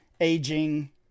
aging